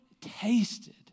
tasted